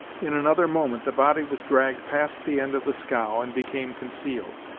in another moment the body was dragged past the end of the scow and became concealed.